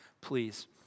Please